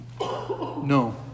No